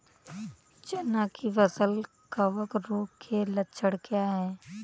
चना की फसल कवक रोग के लक्षण क्या है?